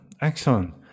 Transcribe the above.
excellent